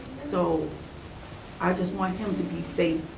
so i just want him to be safe.